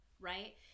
right